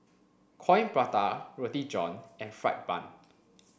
Coin Prata Roti John and fried bun